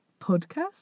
podcast